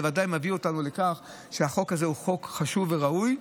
ודאי מביא אותנו לכך שהחוק הזה הוא חוק חשוב וראוי,